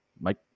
Mike